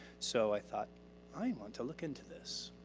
so i thought i'm going to look into this.